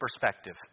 perspective